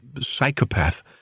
psychopath